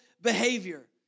behavior